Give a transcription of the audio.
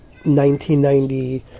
1990